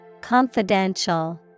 Confidential